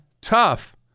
tough